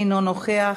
אינו נוכח,